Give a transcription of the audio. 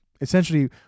essentially